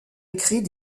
écrit